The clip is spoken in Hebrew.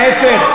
ההפך,